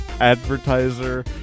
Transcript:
advertiser